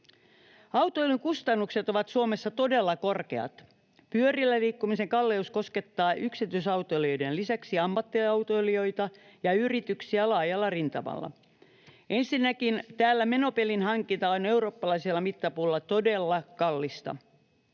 Autoilun kustannukset ovat Suomessa todella korkeat. Pyörillä liikkumisen kalleus koskettaa yksityisautoilijoiden lisäksi ammattiautoilijoita ja yrityksiä laajalla rintamalla. Ensinnäkin täällä menopelin hankinta on eurooppalaisella mittapuulla todella kallista.